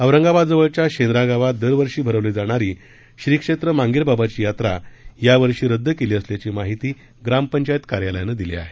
औरंगाबाद जवळच्या शेंद्रा गावात दरवर्षी भरवली जाणारी श्री क्षेत्र मांगीरबाबा यात्रा यावर्षी रद्द केली असल्याची माहिती ग्रामपंचायत कार्यालयानं दिली आहे